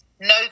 no